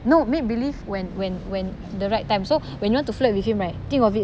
no make believe when when when the right time so when you want to flirt with him right think of it